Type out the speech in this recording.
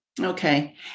Okay